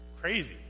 crazy